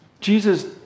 Jesus